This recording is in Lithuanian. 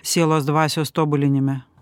sielos dvasios tobulinime